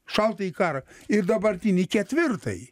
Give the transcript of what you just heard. šaltąjį karą ir dabartinį ketvirtąjį